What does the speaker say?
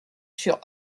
sur